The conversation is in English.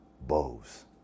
Bows